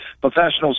professionals